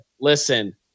listen